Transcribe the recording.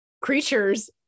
creatures